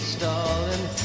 stalling